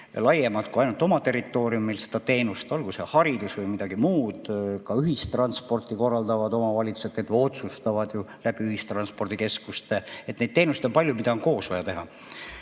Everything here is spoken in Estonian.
laiemalt kui ainult oma territooriumil seda teenust, olgu see haridus või midagi muud. Ka ühistransporti korraldavad omavalitsused otsustavad ju läbi ühistranspordikeskuste. Neid teenuseid on palju, mida on koos vaja teha.